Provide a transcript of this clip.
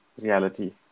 reality